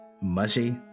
Mushy